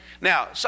Now